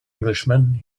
englishman